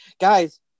Guys